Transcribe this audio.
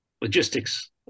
logistics